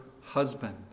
husband